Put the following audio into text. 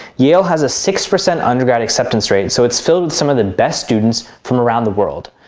yale has a six percent undergrad acceptance rate. so it's filled with some of the best students from around the world.